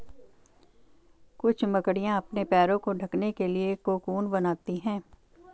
कुछ मकड़ियाँ अपने पैरों को ढकने के लिए कोकून बनाती हैं